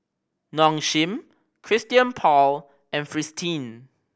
Nong Shim Christian Paul and Fristine